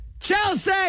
Chelsea